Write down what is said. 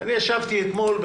אני ישבתי אתמול,